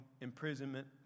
imprisonment